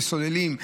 וסוללים,